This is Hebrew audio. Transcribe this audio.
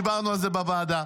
דיברנו על זה בוועדה,